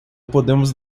podemos